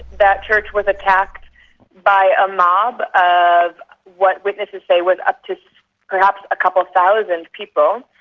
that church was attacked by a mob of what witnesses say was up to perhaps a couple of thousand people,